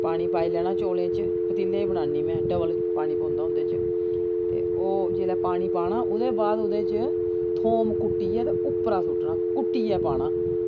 पानी पाई लैना चौलें च पतीले च बनानी में डबल पानी पौंदा उं'दे च ते ओह् जिस बेल्लै पानी पाना ओह्दे बाद ओह्दे च थोम कुट्टियै ते उप्परा सुट्टना कुट्टियै पाना